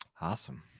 awesome